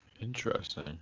Interesting